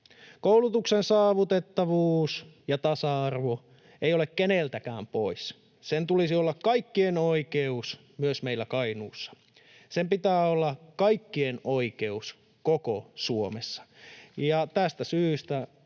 Koulutuksen saavutettavuus ja tasa-arvo ei ole keneltäkään pois. Sen tulisi olla kaikkien oikeus myös meillä Kainuussa. Sen pitää olla kaikkien oikeus koko Suomessa. Tästä syystä,